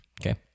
Okay